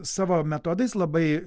savo metodais labai